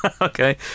Okay